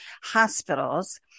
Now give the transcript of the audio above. hospitals